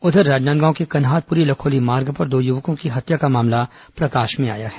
उधर राजनांदगांव के कन्हारपुरी लखोली मार्ग पर दो युवकों की हत्या का मामला प्रकाश में आया है